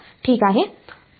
ठीक आहे